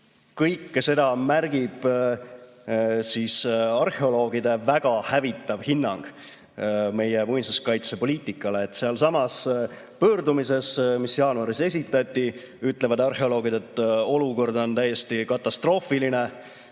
Kõike seda märgitakse arheoloogide väga hävitavas hinnangus meie muinsuskaitsepoliitikale. Sellessamas pöördumises, mis jaanuaris esitati, ütlevad arheoloogid, et olukord on täiesti katastroofiline.